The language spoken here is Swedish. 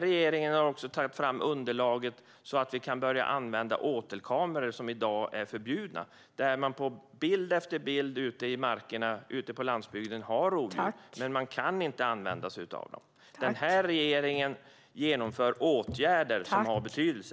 Regeringen har också tagit fram ett underlag så att vi kan börja använda åtelkameror, vilket i dag är förbjudet. Bild efter bild från markerna ute på landsbygden visar att man har rovdjur, men man kan inte använda sig av dessa. Regeringen vidtar åtgärder som har betydelse.